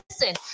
listen